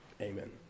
Amen